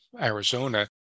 Arizona